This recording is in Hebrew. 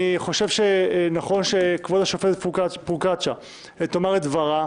אני חושב שנכון שכבוד השופטת פרוקצ'יה תאמר את דברה